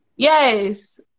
Yes